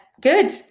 good